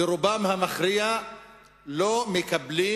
ברובם המכריע לא מקבלים